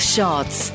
Shots